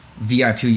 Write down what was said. VIP